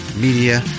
media